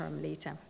later